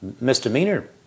misdemeanor